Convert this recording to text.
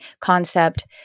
concept